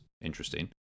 interesting